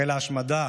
החלה ההשמדה